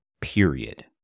period